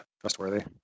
trustworthy